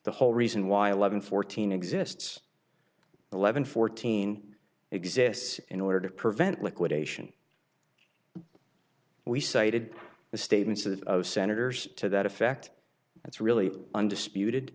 the whole reason why eleven fourteen exists eleven fourteen exists in order to prevent liquidation we cited the statements of senators to that effect that's really undisputed